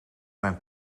mijn